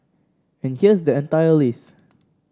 and here's the entire list